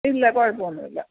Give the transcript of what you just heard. ഇല്ല കുഴപ്പം ഒന്നും ഇല്ല